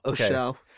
Okay